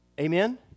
Amen